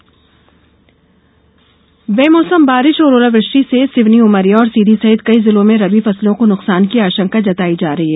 मौसम बेमौसम बारिश और ओलावृष्टि से सिवनी उमरिया और सीधी सहित कई जिलों में रबी फसलों को नुकसान की आशंका जताई जा रही है